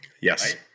Yes